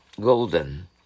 Golden